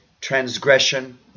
transgression